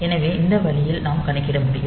எனவே இந்த வழியில் நாம் கணக்கிட முடியும்